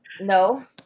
no